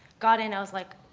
got in. i was like,